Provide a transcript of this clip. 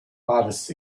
artists